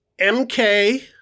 MK